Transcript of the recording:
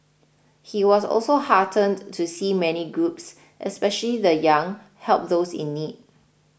he was also heartened to see many groups especially the Young help those in need